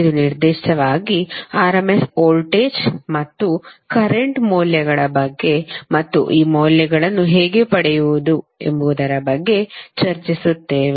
ಇಂದು ನಿರ್ದಿಷ್ಟವಾಗಿ RMS voltage ಮತ್ತು current ಮೌಲ್ಯಗಳ ಬಗ್ಗೆ ಮತ್ತು ಈ ಮೌಲ್ಯಗಳನ್ನು ಹೇಗೆ ಪಡೆಯುವುದು ಎಂಬುದರ ಕುರಿತು ಚರ್ಚಿಸುತ್ತೇವೆ